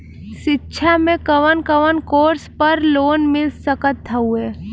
शिक्षा मे कवन कवन कोर्स पर लोन मिल सकत हउवे?